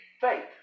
faith